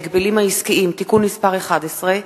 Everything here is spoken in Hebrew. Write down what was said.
הצעת חוק ההגבלים העסקיים (תיקון מס' 11),